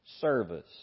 service